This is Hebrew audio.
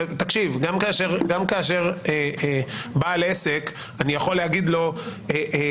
תקשיב גם בעל עסק אני יוכל להגיד לו תפעיל